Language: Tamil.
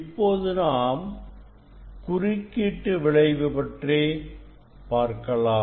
இப்போது நாம் குறுக்கீட்டு விளைவு பற்றி மீண்டும்பார்க்கலாம்